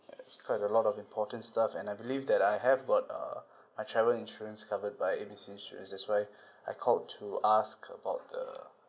it's got a lot of important stuff and I believe that I have got uh my travel insurance covered by A B C insurance that's why I called to ask about the